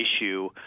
issue